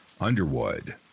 Underwood